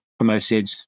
Promoted